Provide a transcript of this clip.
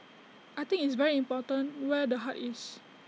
I think it's very important where the heart is